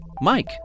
Mike